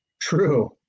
true